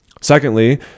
Secondly